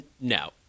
No